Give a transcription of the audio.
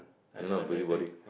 I'm not a busybody